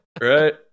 Right